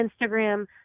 Instagram